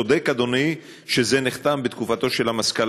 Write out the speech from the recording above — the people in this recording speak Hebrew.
צודק אדוני שזה נחתם בתקופתו של המזכ"ל